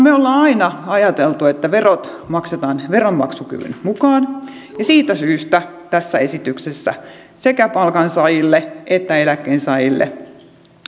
me olemme aina ajatelleet että verot maksetaan veronmaksukyvyn mukaan ja siitä syystä tässä esityksessä sekä palkansaajille että eläkkeensaajille